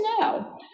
now